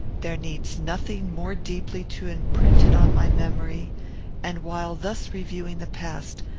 there needs nothing more deeply to imprint it on my memory and, while thus reviewing the past,